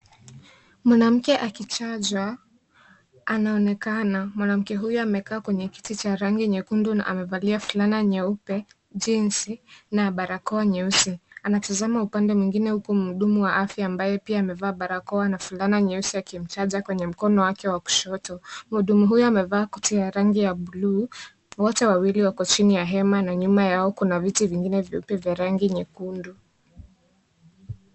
Mwanamke akichanja, anaonekana. Mwanamke huyo amekaa kwenye kiti cha rangi nyekundu na amevalia fulana nyeupe, jinsi na barakoa nyeusi. Anatazama upande mwingine huku mhudumu wa afya ambaye pia amevaa barakoa na fulana nyeusi akimchanja kwenye mkono wake wa kushoto. Mhudumu huyo amevaa koti ya rangi ya bluu wote, wawili wako chini ya hema na nyuma yao kuna viti vingine vyeupe vya rangi nyekundu.